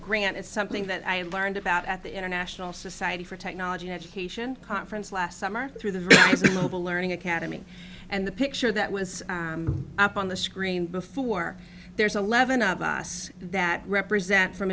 grant it's something that i learned about at the international society for technology education conference last summer through the ranks of the learning academy and the picture that was up on the screen before there's a leaven of us that represent from